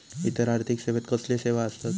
इतर आर्थिक सेवेत कसले सेवा आसत?